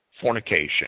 fornication